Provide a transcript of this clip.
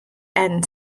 end